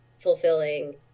fulfilling